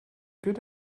good